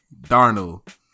Darnold